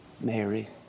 Mary